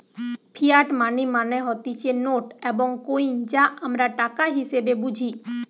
fiat money মানে হতিছে note এবং কইন যা আমরা টাকা হিসেবে বুঝি